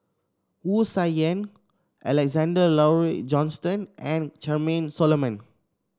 Wu Tsai Yen Alexander Laurie Johnston and Charmaine Solomon